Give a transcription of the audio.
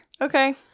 Okay